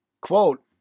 Quote